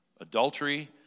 Adultery